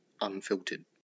Unfiltered